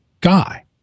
guy